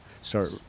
start